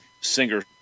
singer